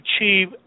achieve